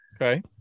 Okay